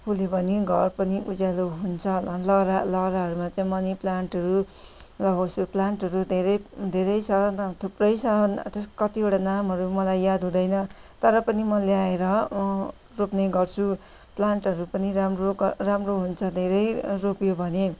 फुल्यो भने घर पनि उज्यालो हुन्छ लहरा लहराहरूमा चाहिँ मनी प्लान्टहरू लगाउसु प्लान्टहरू धेरै धेरै छ थुप्रै छ तेस् कतिवटा नामहरू मलाई याद हुँदैन तर पनि म ल्याएर रोप्ने गर्छु प्लान्टहरू पनि राम्रो क राम्रो हुन्छ धेरै रोप्यो भने